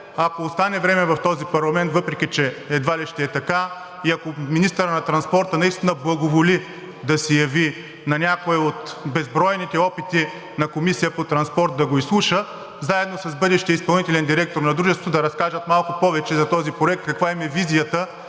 ако остане време в този парламент, въпреки че едва ли ще е така, и ако министърът на транспорта благоволи да се яви на някои от безбройните опити на Комисията по транспорт да го изслуша, заедно с бъдещия изпълнителен директор на дружеството да разкажат малко повече за този проект – каква им е визията